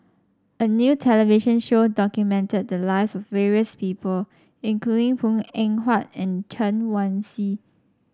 a new television show documented the lives of various people including Png Eng Huat and Chen Wen Hsi